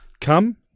come